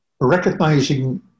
recognizing